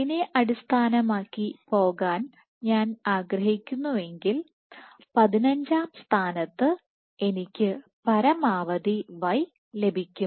ഇതിനെ അടിസ്ഥാനമാക്കി പോകാൻ ഞാൻ ആഗ്രഹിക്കുന്നുവെങ്കിൽ 15 ആം സ്ഥാനത്ത് എനിക്ക് പരമാവധി y ലഭിക്കും